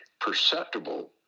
perceptible